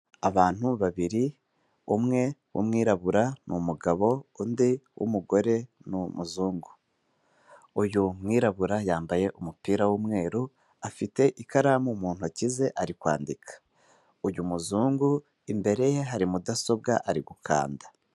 Abantu babiri umwe w'umwirabura n'umugabo undi w'umugore ni umuzungu. Uyu w'umwirabura yambaye umupira w'umweru afite ikaramu mu ntoki ze ari kwandika. Uyu muzungu imbere ye hari mudasobwa ari gukanda.